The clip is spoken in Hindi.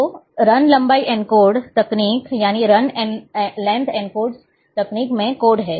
तो रन लंबाई एनकोड तकनीक में कोड हैं